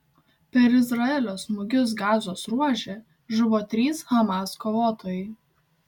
per izraelio smūgius gazos ruože žuvo trys hamas kovotojai